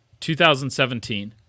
2017